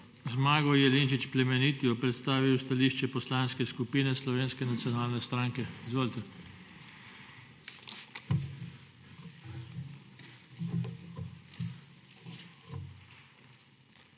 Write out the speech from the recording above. Zmago Jelinčič Plemeniti bo predstavil stališče Poslanske skupine Slovenske nacionalne stranke. Izvolite.